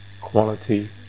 quality